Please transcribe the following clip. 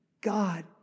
God